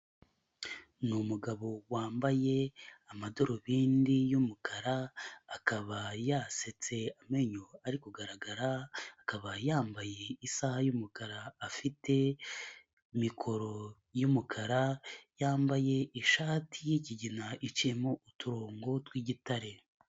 Ni umugabo wambaye amadorubindi y'umukara akaba yasetse amenyo ari kugaragara, akaba yambaye isaha y'umukara afite mikoro y'umukara, yambaye ishati y'ikigina iciyemo uturongo tw'igitare.